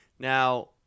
Now